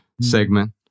segment